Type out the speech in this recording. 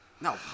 No